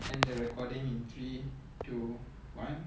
end the recording in three two one